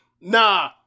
nah